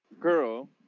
girl